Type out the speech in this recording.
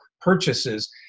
purchases